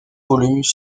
volumes